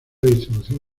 distribución